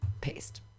Paste